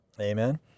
Amen